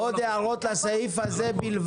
עוד הערות לסעיף הזה?